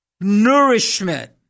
nourishment